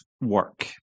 work